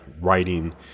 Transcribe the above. writing